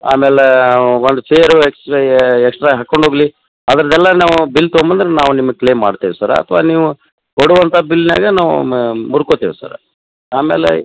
ಆಮೇಲೆ ಒಂದು chair extra ಹಾಕ್ಕೊಂಡು ಹೋಗಲಿ ಅದರದೆಲ್ಲ ನಾವು ಬಿಲ್ ತಗೊಂಬಂದ್ರೆ ನಾವು ನಿಮಗೆ ಕ್ಲೇಮ್ ಮಾಡ್ತೇವೆ ಸರ ಅಥವಾ ನೀವು ಕೊಡುವಂಥ ಬಿಲ್ನಾಗ ನಾವು ಮುರ್ಕೋತೀವಿ ಸರ ಆಮೇಲೆ